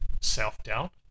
self-doubt